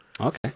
Okay